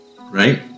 Right